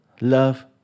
love